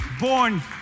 born